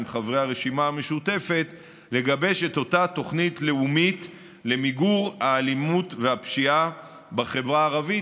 חברי הרשימה המשותפת למיגור האלימות והפשיעה בחברה הערבית.